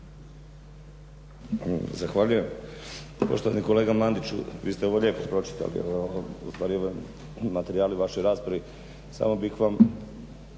Zahvaljujem. Poštovani kolega Mandiću vi ste ovo lijepo pročitali, ovi materijali u vašoj raspravi. Samo bih vam